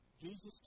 Jesus